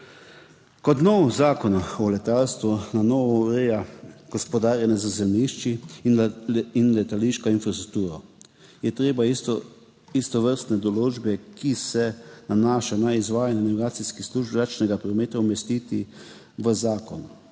Kot nov zakon o letalstvu na novo ureja gospodarjenje z zemljišči in letališko infrastrukturo, je treba istovrstne določbe, ki se nanašajo na izvajanje navigacijskih služb zračnega prometa umestiti v zakon.